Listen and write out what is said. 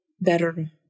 better